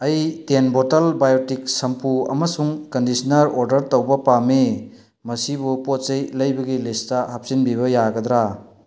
ꯑꯩ ten bottle biotic ꯁꯝꯄꯨ ꯑꯃꯁꯨꯡ ꯀꯟꯗꯤꯁꯟꯅꯔ ꯑꯣꯔꯗꯔ ꯇꯧꯕ ꯄꯥꯝꯃꯤ ꯃꯁꯤꯕꯨ ꯄꯣꯠ ꯆꯩ ꯂꯩꯕꯒꯤ ꯂꯤꯁꯇ ꯍꯥꯞꯆꯤꯟꯕꯤꯕ ꯌꯥꯒꯗ꯭ꯔ